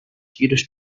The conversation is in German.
jüdisch